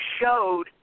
showed